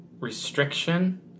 restriction